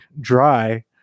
dry